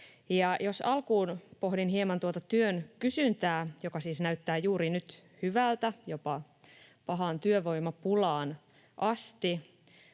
alkuun pohdin hieman tuota työn kysyntää, joka siis näyttää juuri nyt hyvältä, jopa pahaan työvoimapulaan asti